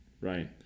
right